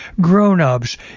grown-ups